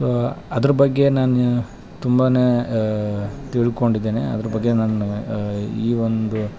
so ಅದ್ರ ಬಗ್ಗೆ ನಾನು ತುಂಬಾ ತಿಳ್ಕೊಂಡಿದ್ದೀನಿ ಅದ್ರ ಬಗ್ಗೆ ನಾನು ಈ ಒಂದು